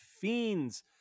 Fiends